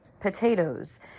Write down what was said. potatoes